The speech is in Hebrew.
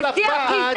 זה שיח גזעני.